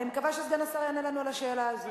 אני מקווה שסגן השר יענה לנו על השאלה הזו.